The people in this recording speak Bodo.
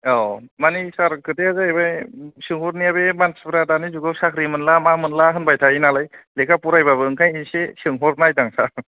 औ माने सार खोथाया जाहैबाय सोंहरनाया बे मानसिफ्रा दानि जुगाव साख्रि मोनला मा मोनला होनबाय थायो नालाय लेखा फरायबाबो ओंखायनो इसे सोंहरनायदों सार